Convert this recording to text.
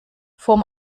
vom